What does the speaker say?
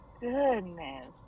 goodness